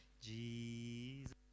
Jesus